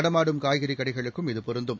நடமாடும் காய்கறி கடைகளுக்கும் இது பொருந்தும்